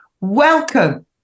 welcome